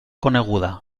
coneguda